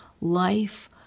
life